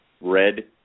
red